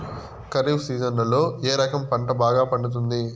ఖరీఫ్ సీజన్లలో ఏ రకం పంట బాగా పండుతుంది